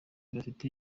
bafite